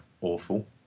awful